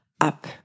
up